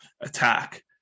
attack